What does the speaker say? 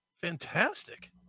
Fantastic